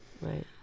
right